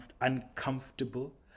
uncomfortable